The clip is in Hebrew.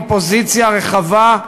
אופוזיציה רחבה,